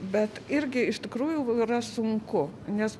bet irgi iš tikrųjų yra sunku nes